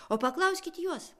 o paklauskit juos